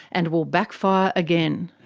and will backfire again.